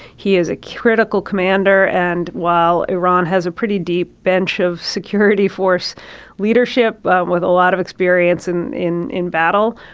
he is a critical commander. and while iran has a pretty deep bench of security force leadership with a lot of experience and in in battle,